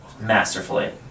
masterfully